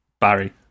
Barry